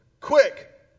quick